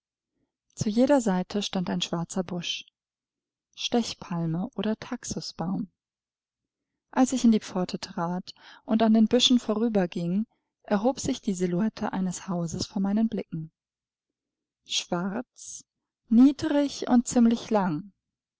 zu jeder seite stand ein schwarzer busch stechpalme oder taxusbaum als ich in die pforte trat und an den büschen vorüberging erhob sich die silhouette eines hauses vor meinen blicken schwarz niedrig und ziemlich lang